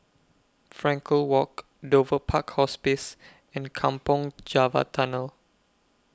Frankel Walk Dover Park Hospice and Kampong Java Tunnel